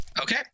Okay